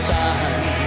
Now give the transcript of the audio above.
time